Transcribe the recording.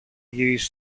γυρίσεις